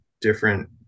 different